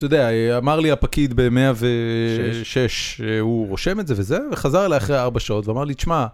אתה יודע, אמר לי הפקיד ב-106, הוא רושם את זה וזה וחזר אליי אחרי ארבע שעות ואמר לי, תשמע...